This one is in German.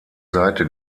seite